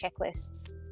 checklists